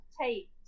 tape